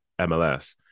MLS